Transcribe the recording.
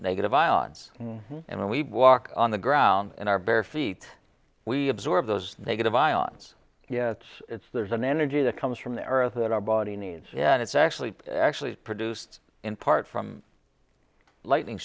negative ions and we walk on the ground in our bare feet we absorb those negative ions yet it's there's an energy that comes from the earth that our body needs yeah and it's actually actually produced in part from lightning